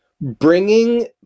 bringing